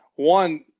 One